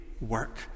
work